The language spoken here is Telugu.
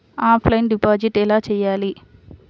ఆఫ్లైన్ డిపాజిట్ ఎలా చేయాలి?